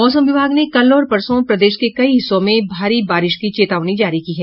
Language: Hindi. मौसम विभाग ने कल और परसों प्रदेश के कई हिस्सों में भारी बारिश की चेतावनी जारी की है